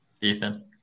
Ethan